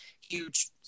huge